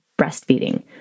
breastfeeding